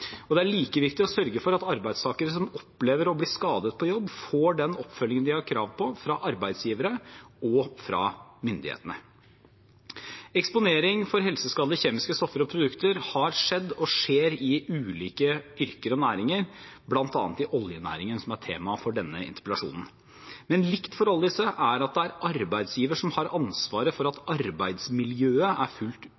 Det er like viktig å sørge for at arbeidstakere som opplever å bli skadet på jobb, får den oppfølgingen de har krav på, fra arbeidsgivere og fra myndighetene. Eksponering for helseskadelige kjemiske stoffer og produkter har skjedd og skjer i ulike yrker og næringer, bl.a. i oljenæringen, som er tema for denne interpellasjonen. Men likt for alle disse er at det er arbeidsgiver som har ansvaret for at